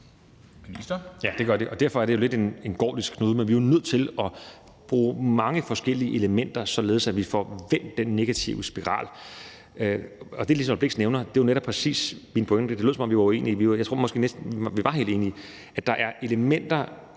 derfor er det jo lidt af en gordisk knude. Men vi er jo nødt til at bruge mange forskellige elementer, således at vi får vendt den negative spiral. Det, som fru Liselott Blixt nævner, er præcis min pointe. Det lød, som om vi var uenige, men jeg tror,